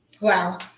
Wow